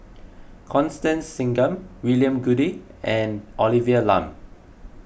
Constance Singam William Goode and Olivia Lum